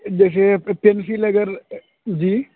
جیسے پنسل اگر جی